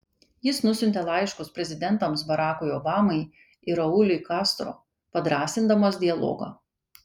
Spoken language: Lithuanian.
jis nusiuntė laiškus prezidentams barackui obamai ir rauliui castro padrąsindamas dialogą